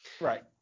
Right